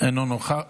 אינה נוכחת.